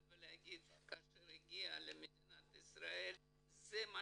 ולהגיד כשהוא מגיע למדינת ישראל "זה מה